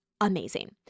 amazing